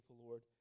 Lord